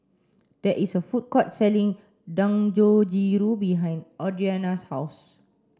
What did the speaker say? there is a food court selling Dangojiru behind Audriana's house